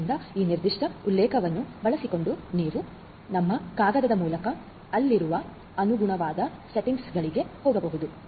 ಆದ್ದರಿಂದ ಈ ನಿರ್ದಿಷ್ಟ ಉಲ್ಲೇಖವನ್ನು ಬಳಸಿಕೊಂಡು ನೀವು ನಮ್ಮ ಕಾಗದದ ಮೂಲಕ ಅಲ್ಲಿರುವ ಅನುಗುಣವಾದ ಸೆಟ್ಟಿಂಗ್ಗಳಿಗೆ ಹೋಗಬಹುದು